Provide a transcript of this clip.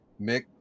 mick